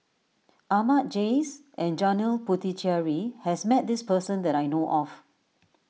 Ahmad Jais and Janil Puthucheary has met this person that I know of